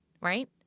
Right